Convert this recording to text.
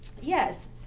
Yes